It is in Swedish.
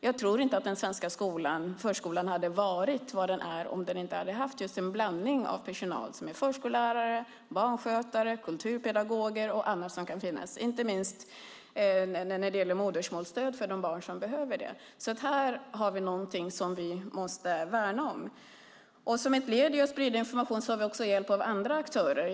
Jag tror inte att den svenska förskolan hade varit vad den är om den inte hade haft just en blandning av personal som är förskollärare, barnskötare, kulturpedagoger och andra som kan finnas, inte minst när det gäller modersmålsstöd för de barn som behöver det. Här har vi något som vi måste värna om. Som ett led i att sprida information har vi också hjälp av andra aktörer.